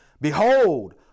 Behold